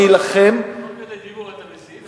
תוך כדי דיבור אתה מסית.